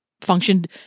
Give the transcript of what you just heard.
functioned